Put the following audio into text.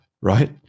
right